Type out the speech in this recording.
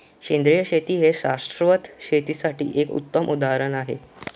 सेंद्रिय शेती हे शाश्वत शेतीसाठी एक उत्तम उदाहरण आहे